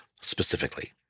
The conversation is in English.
specifically